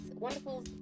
Wonderful